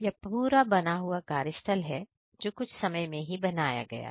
यह पूरा बना हुआ कार्यस्थल है जो कुछ समय में ही बनाया गया है